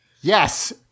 Yes